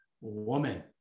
woman